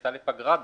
יצאה לפגרה ביולי.